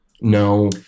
No